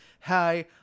hi